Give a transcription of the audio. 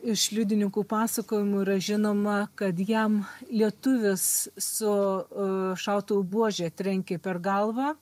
iš liudininkų pasakojimų yra žinoma kad jam lietuvis su a šautuvo buože trenkė per galvą